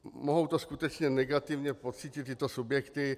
Mohou to skutečně negativně pocítit tyto subjekty.